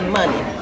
money